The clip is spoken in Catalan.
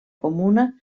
comuna